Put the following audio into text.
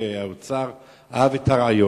והאוצר אהב את הרעיון,